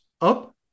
up